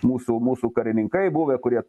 mūsų mūsų karininkai buvę kurie